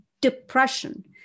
depression